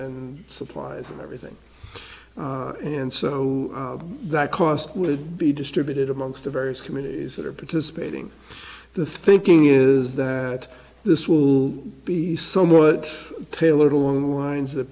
and supplies and everything and so that cost would be distributed amongst the various communities that are participating the thinking is that this will be somewhat tailored along the lines